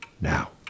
Now